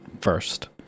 first